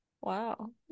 Wow